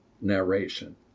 narration